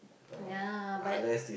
ya but